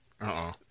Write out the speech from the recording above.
Uh-oh